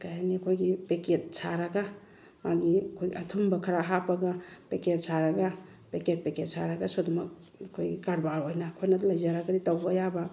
ꯀꯩ ꯍꯥꯏꯅꯤ ꯑꯩꯈꯣꯏꯒꯤ ꯄꯦꯀꯦꯠ ꯁꯥꯔꯒ ꯃꯥꯒꯤ ꯑꯩꯈꯣꯏꯒꯤ ꯑꯊꯨꯝꯕ ꯈꯔ ꯍꯥꯞꯄꯒ ꯄꯦꯀꯦꯠ ꯁꯥꯔꯒ ꯄꯦꯀꯦꯠ ꯄꯦꯀꯦꯠ ꯁꯥꯔꯒꯁꯨ ꯑꯗꯨꯃꯛ ꯑꯩꯈꯣꯏ ꯀꯔꯕꯥꯔ ꯑꯣꯏꯅ ꯑꯩꯈꯣꯏꯅ ꯂꯩꯖꯔꯒꯗꯤ ꯇꯧꯕ ꯌꯥꯕ